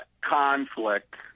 conflict